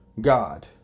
God